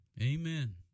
Amen